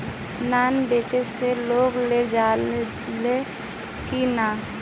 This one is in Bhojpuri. नॉन बैंकिंग से लोन लेल जा ले कि ना?